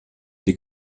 die